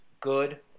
Good